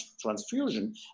transfusion